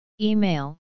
Email